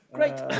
Great